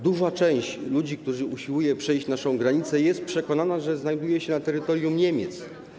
Duża część ludzi, którzy usiłują przejść naszą granicę, jest przekonana, że znajduje się na terytorium Niemiec.